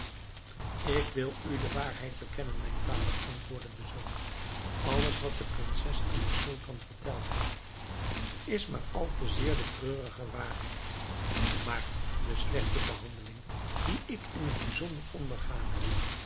ik wil u de waarheid bekennen mijn vader antwoordde de zoon alles wat de prinses aan den sultan verteld heeft is maar al te zeer de treurige waarheid maar de slechte behandeling die ik in t bijzonder ondergaan heb